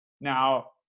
Now